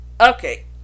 Okay